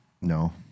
no